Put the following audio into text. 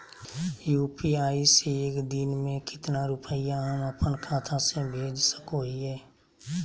UPI से एक दिन में कितना रुपैया हम अपन खाता से भेज सको हियय?